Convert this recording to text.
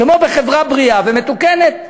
כמו בחברה בריאה ומתוקנת.